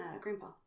grandpa